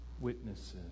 witnesses